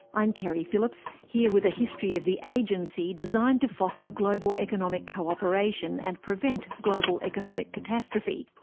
i'm keri phillips, here with a history of the agency designed to foster global economic cooperation and prevent global economic catastrophe,